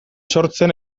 sortzea